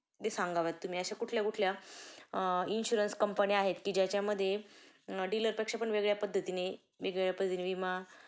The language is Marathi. ते सांगाव्यात तुम्ही अशा कुठल्या कुठल्या इन्शुरन्स कंपन्या आहेत की ज्याच्यामध्ये डीलरपेक्षा पण वेगळ्या पद्धतीने वेगवेगळ्या पद्धतीने विमा